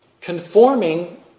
conforming